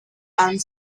and